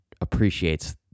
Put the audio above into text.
appreciates